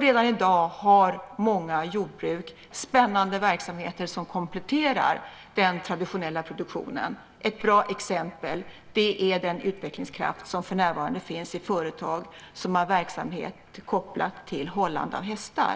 Redan i dag har många jordbruk spännande verksamheter som kompletterar den traditionella produktionen. Ett bra exempel är den utvecklingskraft som för närvarande finns i företag som har verksamhet kopplad till hållande av hästar.